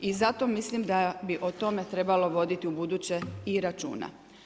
I zato mislim da bi o tome trebalo voditi ubuduće i računa.